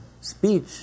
Speech